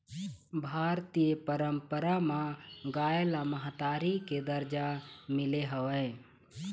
भारतीय पंरपरा म गाय ल महतारी के दरजा मिले हवय